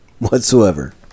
whatsoever